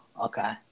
Okay